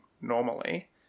normally